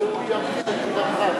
והוא ימתין לתשובתך.